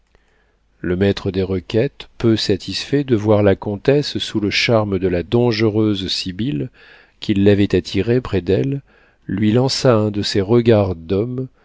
le maître des requêtes peu satisfait de voir la comtesse sous le charme de la dangereuse sibylle qui l'avait attirée près d'elle lui lança un de ces regards d'homme